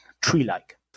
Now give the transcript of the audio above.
tree-like